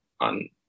on